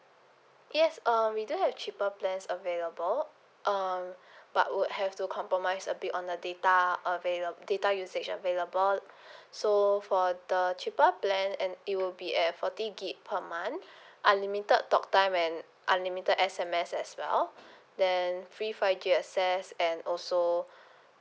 yes um we do have cheaper plans available um but would have to compromise a bit on the data availa~ data usage available so for the cheaper plan and it will be at forty gig per month unlimited talk time and unlimited S_M_S as well then free five G access and also